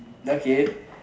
okay